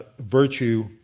virtue